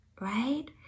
right